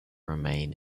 remain